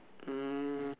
um